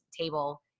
table